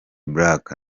black